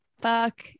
Fuck